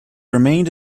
remained